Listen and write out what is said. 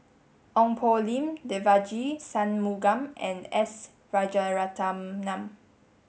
Ong Poh Lim Devagi Sanmugam and S Rajaratnam